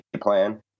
plan